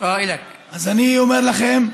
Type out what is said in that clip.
אז אני אומר לכם,